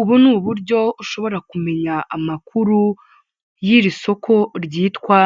Ubu ni uburyo ushobora kumenya amakuru y'iri soko ryitwa